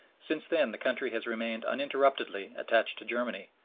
since then the country has remained uninterruptedly attached to germany,